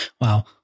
Wow